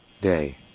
day